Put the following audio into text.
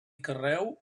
carreu